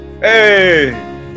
Hey